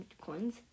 coins